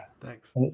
Thanks